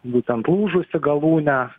būtent lūžusi galūnė